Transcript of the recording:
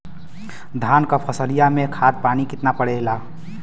धान क फसलिया मे खाद पानी कितना पड़े ला?